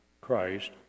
Christ